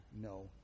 no